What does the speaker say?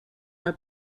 del